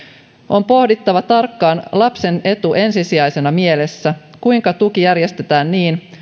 on pohdittava tarkkaan lapsen etu ensisijaisena mielessä kuinka tuki järjestetään niin